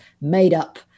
made-up